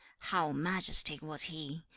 how majestic was he!